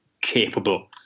capable